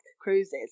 cruises